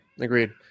Agreed